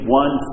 one